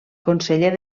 conseller